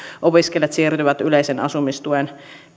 opiskelijat siirtyvät yleisen asumistuen